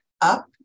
up